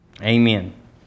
Amen